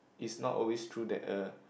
it's not always true that uh